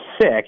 sick